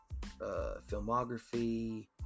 filmography